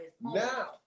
Now